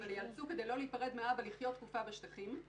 הם יאלצו כדי לא להיפרד מהאבא לחיות תקופה בשטחים,